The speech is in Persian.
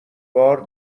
بار